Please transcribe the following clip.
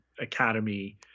Academy